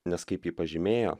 nes kaip ji pažymėjo